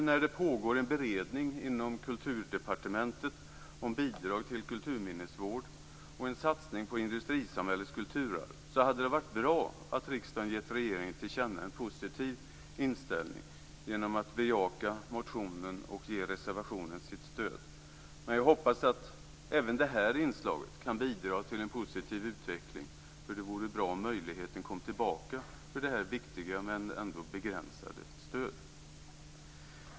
När det nu pågår en beredning inom Kulturdepartementet om bidrag till kulturminnesvård och en satsning på industrisamhällets kulturarv hade det varit bra, om riksdagen hade givit regeringen till känna en positiv inställning genom att bejaka motionen och ge reservationen sitt stöd. Jag hoppas dock att även det här inlägget kan bidra till en positiv utveckling. Det vore bra om vi fick tillbaka möjligheten till detta begränsade men ändå viktiga stöd.